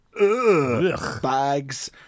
bags